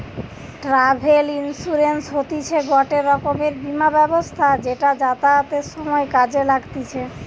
travel insurance হতিছে গটে রকমের বীমা ব্যবস্থা যেটা যাতায়াতের সময় কাজে লাগতিছে